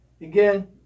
again